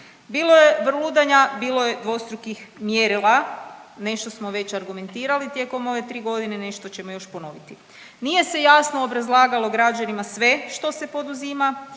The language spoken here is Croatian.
bilo je vrludanja, bilo je dvostrukih mjerila. Nešto smo već argumentirali tijekom ove tri godine nešto ćemo još ponoviti. Nije se jasno obrazlagalo građanima sve što se poduzima,